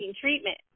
treatment